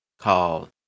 called